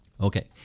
Okay